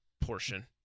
portion